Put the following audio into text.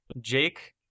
Jake